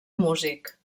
músic